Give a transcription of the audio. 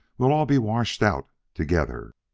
we'll all be washed out together.